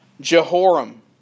Jehoram